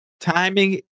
Timing